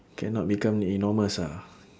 cannot become enormous ah